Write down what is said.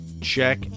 Check